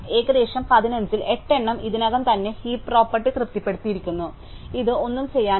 ഏകദേശം 15 ൽ 8 എണ്ണം ഇതിനകം തന്നെ ഹീപ്പ് പ്രോപ്പർട്ടി തൃപ്തിപ്പെട്ടിരിക്കുന്നു അതിനാൽ ഇത് ഒന്നും ചെയ്യാനില്ല